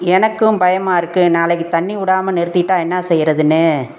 எனக்கும் பயமாக இருக்குது நாளைக்கு தண்ணி விடாம நிறுத்திட்டால் என்ன செய்யறதுன்னு